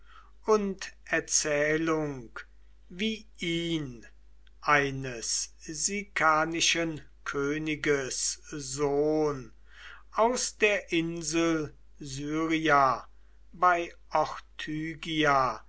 und erzählung wie ihn eines sikanischen königs sohn aus der insel syria bei